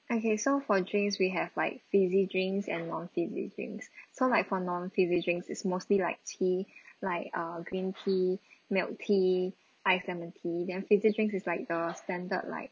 okay so for drinks we have like fizzy drinks and non-fizzy drinks so like for non-fizzy drinks is mostly like tea err like green tea milk tea ice lemon tea then fizzy drinks is like the standard like